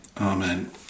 Amen